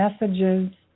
messages